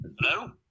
Hello